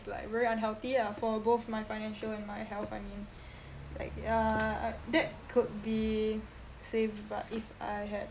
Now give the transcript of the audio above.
it's like very unhealthy ah for both my financial and my health I mean like ya that could be saved but if I had